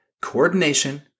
coordination